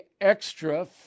extra